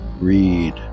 read